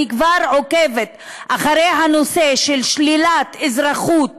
אני כבר עוקבת אחרי הנושא של שלילת אזרחות